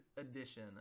edition